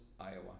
Iowa